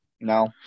No